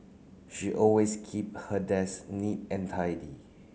she always keep her desk neat and tidy